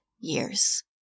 years